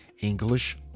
English